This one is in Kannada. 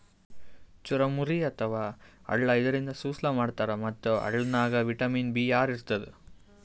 ಚುರಮುರಿ ಅಥವಾ ಅಳ್ಳ ಇದರಿಂದ ಸುಸ್ಲಾ ಮಾಡ್ತಾರ್ ಮತ್ತ್ ಅಳ್ಳನಾಗ್ ವಿಟಮಿನ್ ಬಿ ಆರ್ ಇರ್ತದ್